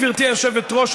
גברתי היושבת-ראש,